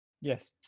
Yes